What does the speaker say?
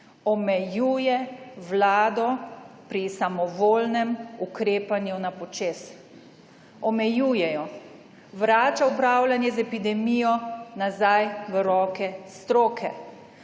omejuje vlado pri samovoljnem ukrepanju na počez. Omejuje jo. Vrača upravljanje z epidemijo nazaj v roke stroke,